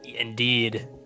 indeed